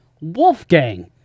Wolfgang